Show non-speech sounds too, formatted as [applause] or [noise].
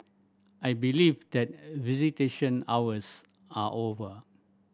I believe that [hesitation] visitation hours are over